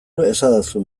esadazu